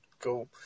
Cool